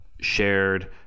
Shared